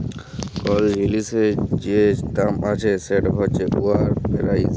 call জিলিসের যে দাম আছে সেট হছে উয়ার পেরাইস